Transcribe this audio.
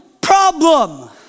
problem